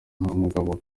umugabo